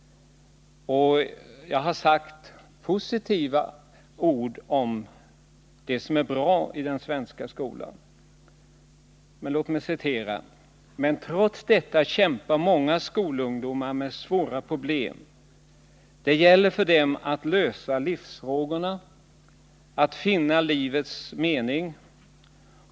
Vi har gjort positiva omdömen om det som är bra i den svenska skolan. Men vi säger också: Nr 117 ”Men trots detta kämpar många skolungdomar med svåra problem. Det gäller för dem att lösa livsfrågorna, att finna livets mening.